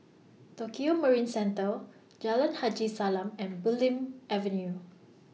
Tokio Marine Centre Jalan Haji Salam and Bulim Avenue